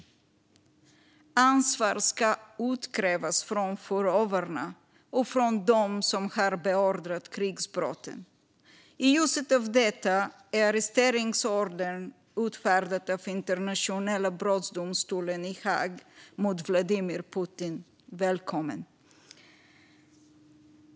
Ansvar ska utkrävas från förövarna och från dem som har beordrat krigsbrotten. I ljuset av detta är arresteringsordern utfärdad av Internationella brottmålsdomstolen i Haag mot Vladimir Putin välkommen.